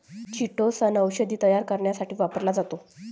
chitosan औषध तयार करण्यासाठी वापरला जातो